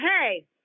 hey